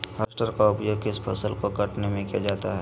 Harvester का उपयोग किस फसल को कटने में किया जाता है?